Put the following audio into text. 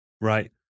right